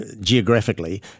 geographically